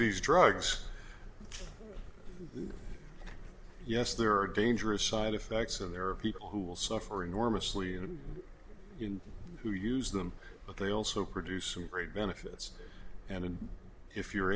these drugs yes there are dangerous side effects and there are people who will suffer enormously and who use them but they also produce great benefits and if your